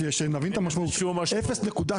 את מה שאתם עשיתם בשמונה שנים הם עשו --- זה לא נכון,